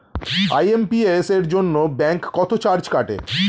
IMPS এর জন্য bank কত চার্জ কাটে?